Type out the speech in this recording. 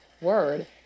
word